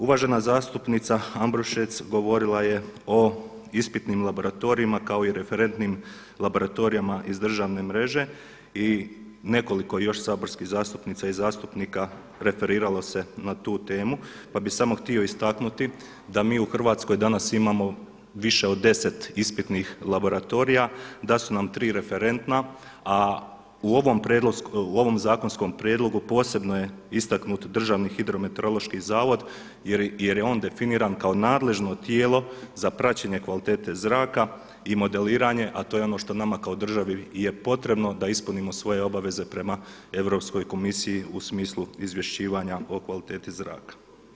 Uvažena zastupnica Ambrušec govorila je o ispitnim laboratorijima kao i referentnim laboratorijima iz državne mreže i nekoliko još saborskih zastupnica i zastupnika referiralo se na tu temu, pa bih samo htio istaknuti mi u Hrvatskoj danas imamo više od 10 ispitnih laboratorija, da su nam tri referentna a u ovom zakonskom prijedlogu posebno je istaknut Državni hidrometeorološki zavod jer je on definiran kao nadležno tijelo za praćenje kvalitete zraka i modeliranje a to je ono što nama kao državi je potrebno da ispunimo svoje obaveze prema Europskoj komisiji u smislu izvješćivanja o kvaliteti zraka.